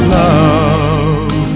love